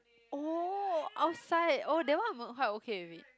oh outside oh that one I'm uh quite okay with it